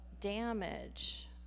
damage